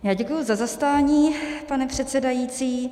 Já děkuju za zastání, pane předsedající.